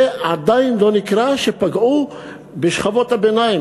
זה עדיין לא נקרא שפגעו בשכבות הביניים,